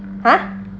!huh!